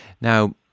Now